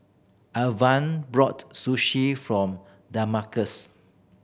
Alvah brought Sushi from Damarcus